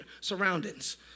Surroundings